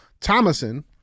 Thomason